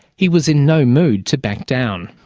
he was in no mood to back down.